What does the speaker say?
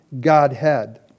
Godhead